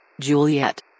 Juliet